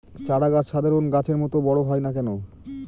চারা গাছ সাধারণ গাছের মত বড় হয় না কেনো?